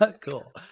cool